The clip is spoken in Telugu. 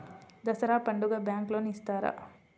దసరా పండుగ బ్యాంకు లోన్ ఇస్తారా?